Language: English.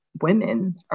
women